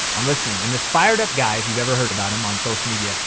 i'm listening. and this fired up guy, if you've ever heard about him on social media,